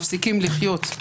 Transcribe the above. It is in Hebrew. מפסיקים לחיות.